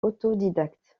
autodidacte